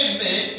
Amen